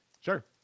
Sure